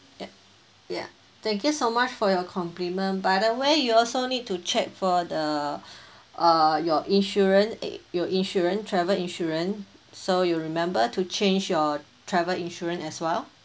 y~ ya thank you so much for your compliment by the way you also need to check for the uh your insurance eh your insurance travel insurance so you remember to change your travel insurance as well